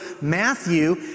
Matthew